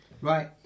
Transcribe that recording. right